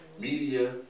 media